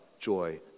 joy